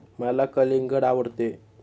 मला कलिंगड आवडते